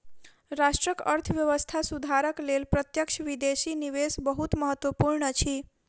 राष्ट्रक अर्थव्यवस्था सुधारक लेल प्रत्यक्ष विदेशी निवेश बहुत महत्वपूर्ण अछि